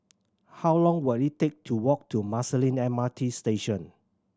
how long will it take to walk to Marsiling M R T Station